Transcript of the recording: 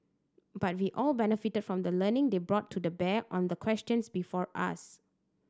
but we all benefited from the learning they brought to bear on the questions before us